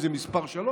מי זה מס' 3,